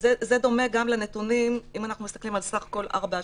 אם אנחנו מסתכלים על סך כול ארבע השנים,